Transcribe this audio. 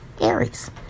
Aries